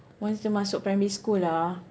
once dia masuk primary school ah